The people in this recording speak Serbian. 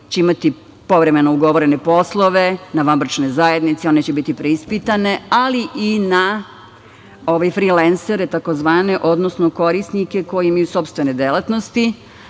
će imati povremeno ugovorene poslove, na vanbračne zajednice, one će biti preispitane, ali i na frilensere takozvane, odnosno korisnike koji imaju sopstvene delatnosti. Takođe,